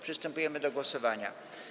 Przystępujemy do głosowania.